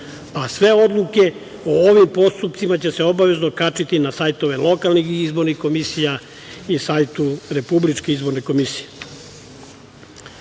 a sve odluke o ovim postupcima će se obavezno kačiti na sajtove lokalnih izbornih komisija i sajtu RIK.Mislim da se